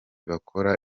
bakora